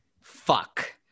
Fuck